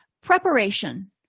preparation